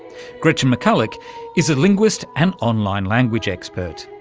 gretchen mcculloch is a linguist and online language expert.